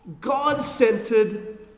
God-centered